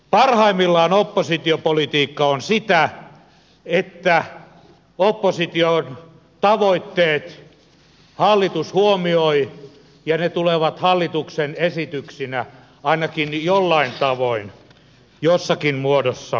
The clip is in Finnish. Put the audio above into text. parhaimmillaan oppositiopolitiikka on sitä että hallitus huomioi opposition tavoitteet ja ne tulevat hallituksen esityksinä ainakin jollain tavoin ja jossakin muodossa hyväksytyiksi